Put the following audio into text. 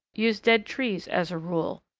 use dead trees as a rule,